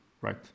right